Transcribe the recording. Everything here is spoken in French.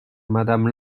madame